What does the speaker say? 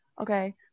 okay